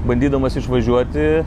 bandydamas išvažiuoti